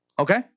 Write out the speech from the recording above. Okay